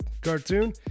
cartoon